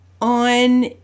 on